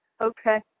Okay